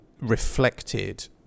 reflected